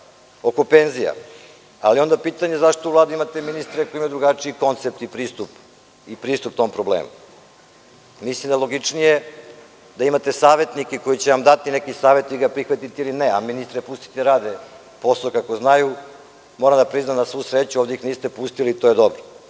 oko penzija, ali je onda pitanje – zašto u Vladi imate ministre koji imaju drugačiji koncept i pristup tom problemu? Mislim da je logičnije da imate savetnike koji će vam dati neki savet, a vi ga prihvatite ili ne, a ministre pustite da rade posao kako znaju. Moram da priznam, na svu sreću, ovde ih niste pustili i to je dobro.